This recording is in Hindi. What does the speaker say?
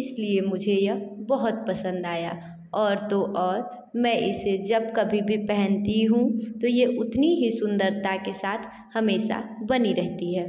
इसलिए मुझे यह बहुत पसंद आया और तो और मैं इसे जब कभी भी पहनती हूँ तो यह उतनी ही सुंदरता के साथ हमेशा बनी रहती है